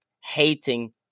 hating